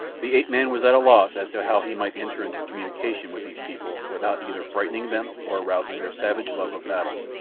the ape-man was at a loss as to how he might enter into communication with these people without either frightening them or arousing their savage love of battle.